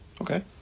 okay